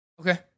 Okay